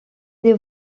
des